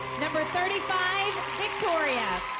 number thirty five, victoria.